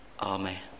Amen